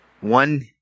one